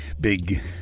big